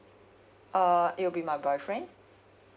uh it will be my boyfriend